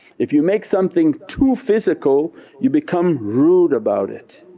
if you make something too physical you become rude about it